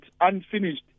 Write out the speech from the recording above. unfinished